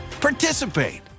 participate